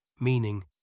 meaning